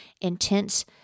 intense